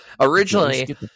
Originally